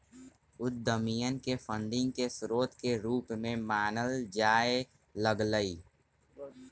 उद्यमियन के फंडिंग के स्रोत के रूप में मानल जाय लग लय